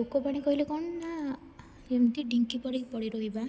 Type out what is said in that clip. ଲୋକବାଣୀ କହିଲେ କଣ ନା ଏମିତି ଢ଼ିଙ୍କି ପରି ପଡ଼ିରହିବା